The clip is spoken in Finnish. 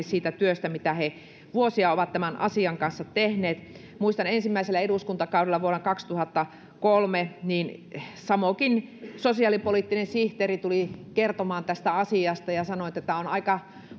siitä työstä mitä he vuosia ovat tämän asian kanssa tehneet muistan ensimmäisellä eduskuntakaudellani vuonna kaksituhattakolme kun samokin sosiaalipoliittinen sihteeri tuli kertomaan tästä asiasta ja sanoi että tämä on aika